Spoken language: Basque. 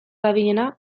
dabilena